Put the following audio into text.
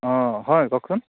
অঁ হয় কওকচোন